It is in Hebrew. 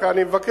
לכן אני מבקש